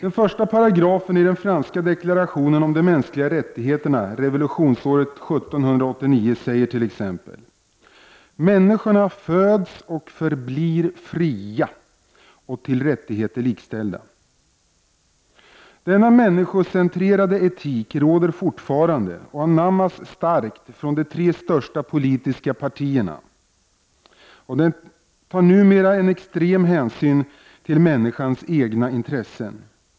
I 1§i den franska deklarationen om de mänskliga rättigheterna från revolutionsåret 1789 sägs t.ex. att människorna föds och förblir fria och till rättigheter likställda. Denna människocentrerade etik råder fortfarande och anammas starkt av de tre största politiska partierna. Den tar numera en extrem hänsyn till människans egna intressen.